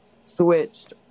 switched